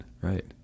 right